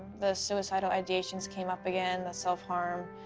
the suicidal ideations came up again, the self harm.